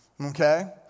Okay